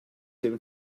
him